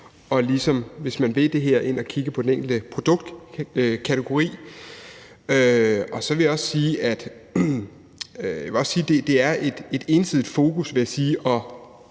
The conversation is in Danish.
Hvis man vil det her, skal man ind og kigge på den enkelte produktkategori. Så vil jeg også sige, at det er et ensidigt fokus at have,